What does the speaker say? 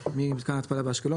ממתקן התפלה באשקלון,